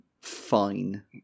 fine